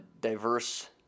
diverse